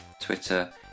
Twitter